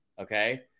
Okay